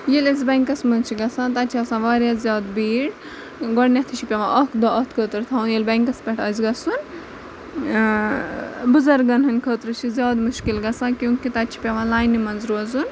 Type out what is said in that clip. ییٚلہِ أسۍ بٮ۪نٛکَس منٛز چھِ گژھان تَتہِ چھِ آسان واریاہ زیادٕ بیٖڈ گۄڈنٮ۪تھٕے چھِ پٮ۪وان اَکھ دۄہ اَتھ خٲطرٕ تھاوُن ییٚلہِ بٮ۪نٛکَس پٮ۪ٹھ آسہِ گژھُن بُزرگَن ہنٛدۍ خٲطرٕ چھِ زیادٕ مُشکل گژھان کیونٛکہِ تَتہِ چھِ پٮ۪وان لاینہِ منٛز روزُن